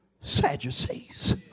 Sadducees